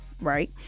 right